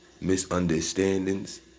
misunderstandings